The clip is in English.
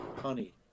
honey